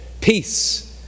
peace